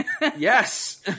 Yes